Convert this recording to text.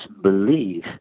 believe